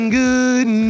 good